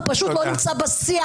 הוא פשוט לא נמצא בשיח,